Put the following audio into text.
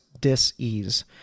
dis-ease